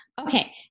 okay